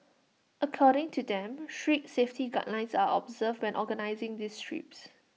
according to them strict safety guidelines are observed when organising these trips